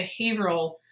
behavioral